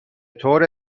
طور